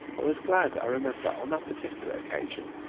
i was glad, i remember, on that particular occasion,